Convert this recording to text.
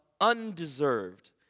undeserved